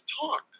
talk